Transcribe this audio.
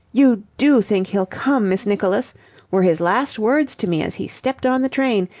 you do think he'll come, miss nicholas were his last words to me as he stepped on the train,